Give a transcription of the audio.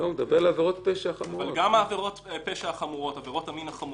העבירות המשמעותיות והחמורות,